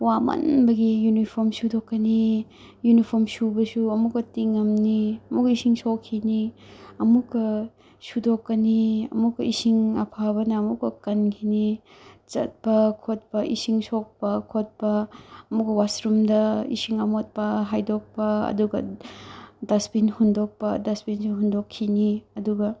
ꯋꯥꯃꯟꯕꯒꯤ ꯌꯨꯅꯤꯐꯣꯔꯝ ꯁꯨꯗꯣꯛꯀꯅꯤ ꯌꯨꯅꯤꯐꯣꯔꯝ ꯁꯨꯕꯁꯨ ꯑꯃꯨꯛꯀ ꯇꯤꯡꯉꯝꯅꯤ ꯑꯃꯨꯛꯀ ꯏꯁꯤꯡ ꯁꯣꯛꯈꯤꯅꯤ ꯑꯃꯨꯛꯀ ꯁꯨꯗꯣꯛꯀꯅꯤ ꯑꯃꯨꯛꯀ ꯏꯁꯤꯡ ꯑꯐꯕꯅ ꯑꯃꯨꯛꯀ ꯀꯟꯈꯤꯅꯤ ꯆꯠꯄ ꯈꯣꯠꯄ ꯏꯁꯤꯡ ꯁꯣꯛꯄ ꯈꯣꯠꯄ ꯑꯃꯨꯛꯀ ꯋꯥꯁꯔꯨꯝꯗ ꯏꯁꯤꯡ ꯑꯃꯣꯠꯄ ꯍꯩꯗꯣꯛꯄ ꯑꯗꯨꯒ ꯗꯁꯕꯤꯟ ꯍꯨꯟꯗꯣꯛꯄ ꯗꯁꯕꯤꯟꯁꯦ ꯍꯨꯟꯗꯣꯛꯈꯤꯅꯤ ꯑꯗꯨꯒ